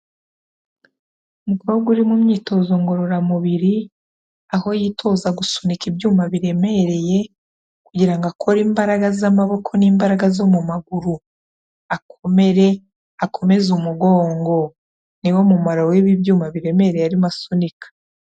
Umukobwa uri mu myitozo ngororamubiri, aho yitoza gusunika ibyuma biremereye kugira ngo akore imbaraga z'amaboko n'imbaraga zo mu maguru. Akomere, akomeze umugongo. Ni wo mu mumaro w'ibi byuma biremereye arimo asunika.